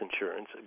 insurance